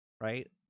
right